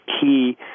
key